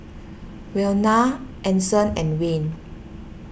Wynona Anson and Wayne